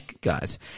guys